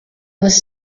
was